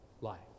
life